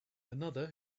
another